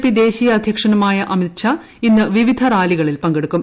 പിദേശീയ അധ്യക്ഷനുമായ അമിത്ഷാ ഇന്ന് വിവിധ റാലികളിൽ പങ്കെടുക്കും